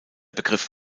begriff